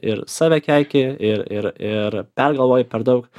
ir save keiki ir ir ir pergalvoji per daug